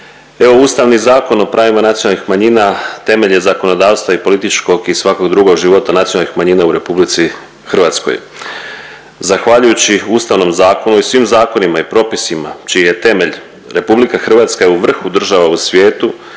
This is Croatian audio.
Ustavni zakon o pravima nacionalnih manjina temelj je zakonodavstva i političkog i svakog drugog života nacionalnih manjina u RH. Zahvaljujući Ustavnom zakonu i svim zakonima i propisima čiji je temelj RH u vrhu država u svijetu,